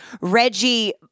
Reggie